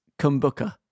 Kumbuka